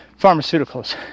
pharmaceuticals